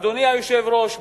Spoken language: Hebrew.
אדוני היושב-ראש,